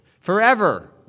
forever